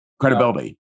credibility